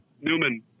Newman